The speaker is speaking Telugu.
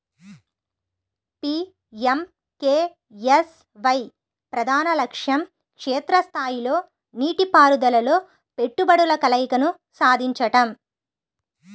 పి.ఎం.కె.ఎస్.వై ప్రధాన లక్ష్యం క్షేత్ర స్థాయిలో నీటిపారుదలలో పెట్టుబడుల కలయికను సాధించడం